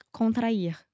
contrair